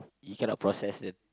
you cannot process the